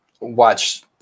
watch